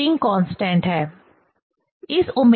k spring constant है